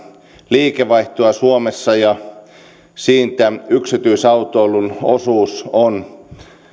liikevaihtoa suomessa ja siitä yksityisautoilun osuus on